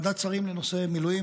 נא להקים ועדת שרים לנושא מילואים,